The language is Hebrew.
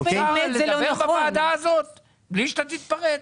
אפשר לדבר בוועדה הזאת בלי שאתה תתפרץ?